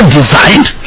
designed